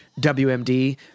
WMD